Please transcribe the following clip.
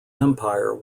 empire